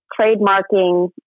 trademarking